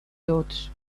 dots